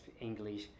english